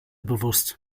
bewusst